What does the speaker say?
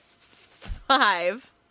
five